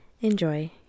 Enjoy